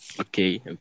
okay